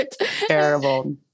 Terrible